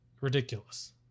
ridiculous